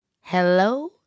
Hello